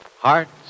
hearts